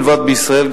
מלבד בישראל,